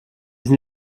sind